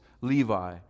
Levi